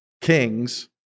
Kings